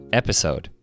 episode